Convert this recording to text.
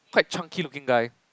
quite chunky looking guy